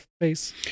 face